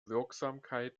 wirksamkeit